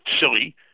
silly